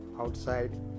outside